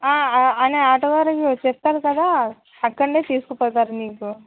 ఆయనే ఆటో వాళ్ళకి చెప్తారు కదా అక్కడనే తీసుకుపోతారు మీకు